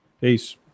Peace